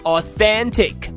Authentic